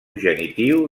genitiu